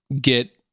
get